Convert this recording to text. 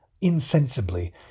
insensibly